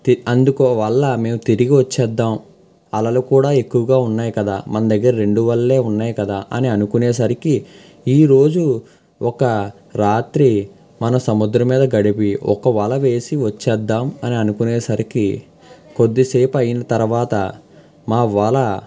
తె అందుకు వల్ల మేము తిరిగి వచ్చేద్దాం అలలు కూడా ఎక్కువగా ఉన్నాయి కదా మన దగ్గర రెండు వలలే ఉన్నాయి కదా అని అనుకునే సరికి ఈ రోజు ఒక రాత్రి మనం సముద్రం మీద గడిపి ఒక వల వేసి వచ్చేద్దాం అని అనుకునేసరికి కొద్దిసేపు అయినా తర్వాత మా వల